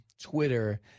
Twitter